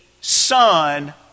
Son